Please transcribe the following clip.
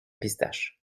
pistache